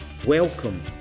Welcome